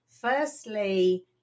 firstly